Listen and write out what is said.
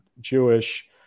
Jewish